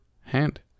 hand